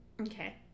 Okay